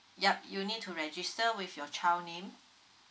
yup you need to register with your child name